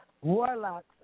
Warlocks